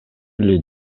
эле